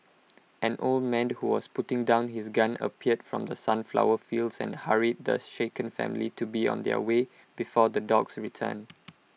an old man who was putting down his gun appeared from the sunflower fields and hurried the shaken family to be on their way before the dogs return